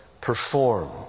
performed